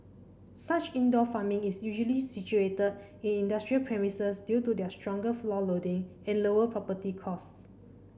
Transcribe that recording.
such indoor farming is usually situated in industrial premises due to their stronger floor loading and lower property costs